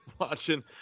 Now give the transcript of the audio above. watching